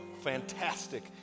fantastic